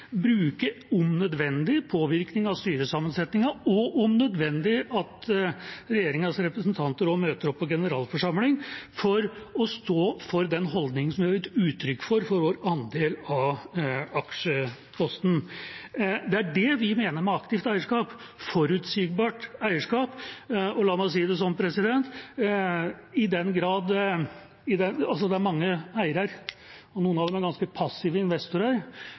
og om nødvendig sørge for at regjeringas representanter møter opp på generalforsamlingen for å stå for den holdningen vi har gitt uttrykk for, for vår andel av aksjeposten. Det er det vi mener med aktivt eierskap – et forutsigbart eierskap. La meg si det slik: Det er mange eiere, og noen av dem er ganske passive investorer,